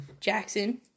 Jackson